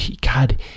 God